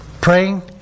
praying